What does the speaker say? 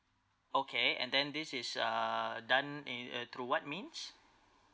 okay and then this is ah done in uh through what means